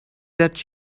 that